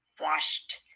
washed